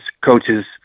coaches